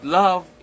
love